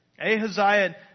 Ahaziah